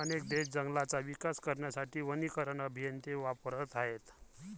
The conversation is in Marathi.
अनेक देश जंगलांचा विकास करण्यासाठी वनीकरण अभियंते वापरत आहेत